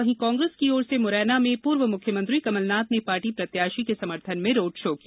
वहीं कांग्रेस की ओर से मुरैना में पूर्व मुख्यमंत्री कमलनाथ ने पार्टी प्रत्याशी के समर्थन में रोड शो किया